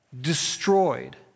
destroyed